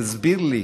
תסביר לי,